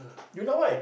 you know why